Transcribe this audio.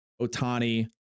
Otani